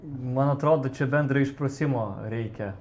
man atrodo čia bendro išprusimo reikia